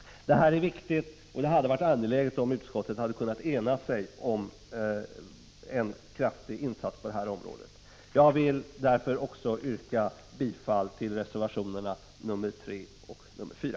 Detta är viktigt, och det hade varit angeläget att utskottet kunnat enas om en kraftig insats på det här området. Jag vill därför också yrka bifall till reservationerna 3 och 4.